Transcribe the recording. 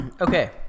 Okay